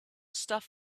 stuff